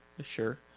Sure